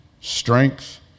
strength